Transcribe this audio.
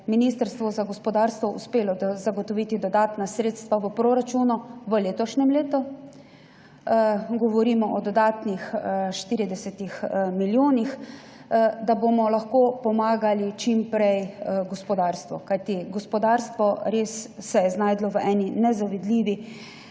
Ministrstvu za gospodarstvo uspelo zagotoviti dodatna sredstva v proračunu v letošnjem letu, govorimo o dodatnih 40 milijonih, da bomo lahko gospodarstvu pomagali čim prej. Gospodarstvo se je znašlo v eni nezavidljivi